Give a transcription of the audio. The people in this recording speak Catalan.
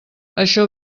això